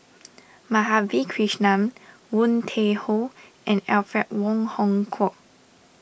Madhavi Krishnan Woon Tai Ho and Alfred Wong Hong Kwok